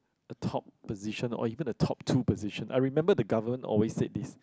a top position or even the top two position I remember the government always say this